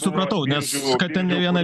supratau nes kad ten ne viena